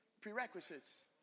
Prerequisites